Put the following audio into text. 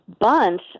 bunch